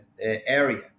area